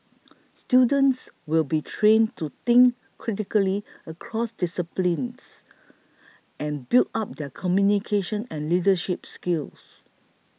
students will be trained to think critically across disciplines and build up their communication and leadership skills